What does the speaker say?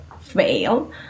fail